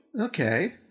Okay